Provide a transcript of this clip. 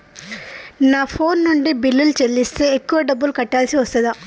నా ఫోన్ నుండి బిల్లులు చెల్లిస్తే ఎక్కువ డబ్బులు కట్టాల్సి వస్తదా?